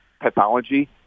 pathology